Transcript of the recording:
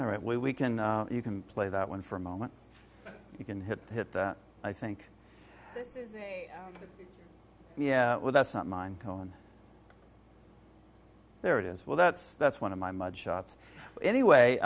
all right when we can you can play that one for a moment you can hit hit that i think well that's not mine come on there it is well that's that's one of my mug shots anyway